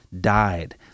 died